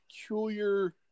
peculiar